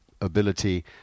ability